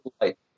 light